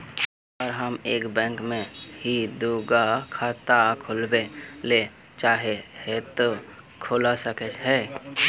अगर हम एक बैंक में ही दुगो खाता खोलबे ले चाहे है ते खोला सके हिये?